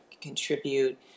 contribute